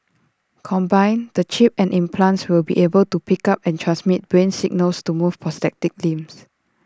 combined the chip and implants will be able to pick up and transmit brain signals to move prosthetic limbs